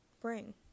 bring